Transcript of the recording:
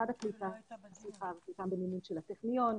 חלקם במימון של הטכניון,